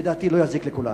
לדעתי לא יזיק לכולנו.